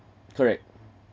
correct